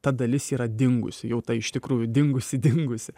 ta dalis yra dingusi jau ta iš tikrųjų dingusi dingusi